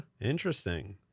Interesting